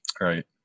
Right